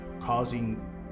causing